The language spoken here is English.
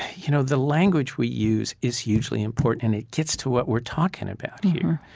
you know the language we use is hugely important, and it gets to what we're talking about here.